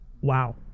Wow